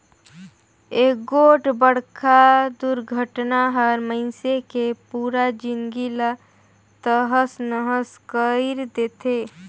एगोठ बड़खा दुरघटना हर मइनसे के पुरा जिनगी ला तहस नहस कइर देथे